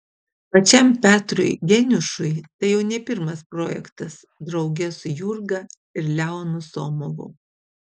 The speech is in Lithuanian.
pačiam petrui geniušui tai jau ne pirmas projektas drauge su jurga ir leonu somovu